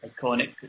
iconic